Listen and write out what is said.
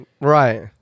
Right